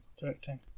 directing